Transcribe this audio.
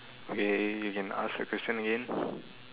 okay you can ask a question again